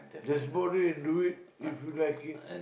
there's board it and do it if you like it